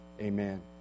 Amen